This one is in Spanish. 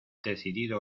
decidido